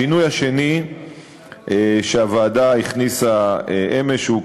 השינוי השני שהוועדה הכניסה אמש הוא,